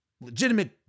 legitimate